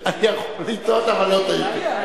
אני יכול לטעות, אבל לא טעיתי.